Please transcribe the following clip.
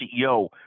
ceo